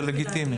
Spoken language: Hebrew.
זה לגיטימי.